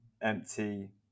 empty